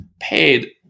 paid